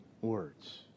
words